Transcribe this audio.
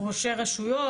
ראשי רשויות,